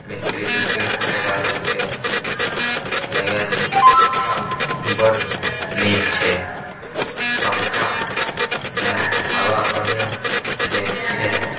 मिस्त्री दू तीन सए टका लेलकै देलकय पङ्खा बड़ नीक छै पङ्खामे हवा बढ़िआँ छै